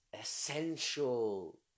essential